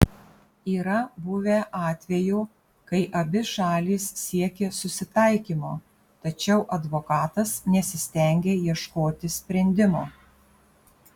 yra buvę atvejų kai abi šalys siekė susitaikymo tačiau advokatas nesistengė ieškoti sprendimo